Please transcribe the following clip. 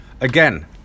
Again